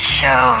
show